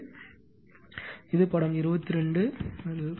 எனவே இது படம் 22 ஆகும்